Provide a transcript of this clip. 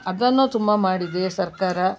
ಅದನ್ನು ತುಂಬ ಮಾಡಿದೆ ಸರ್ಕಾರ